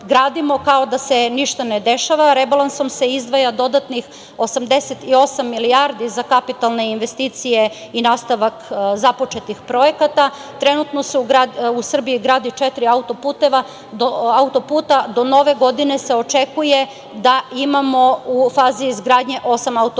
gradimo kao da se ništa ne dešava. Rebalansom se izdvaja dodatnih 88 milijardi za kapitalne investicije i nastavak započetih projekata. Trenutno se u Srbiji gradi četiri autoputa. Do nove godine se očekuje da imamo u fazi izgradnje osam autoputeva.